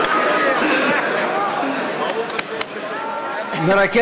(חותם על ההצהרה) אלקין,